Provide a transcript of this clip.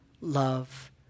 love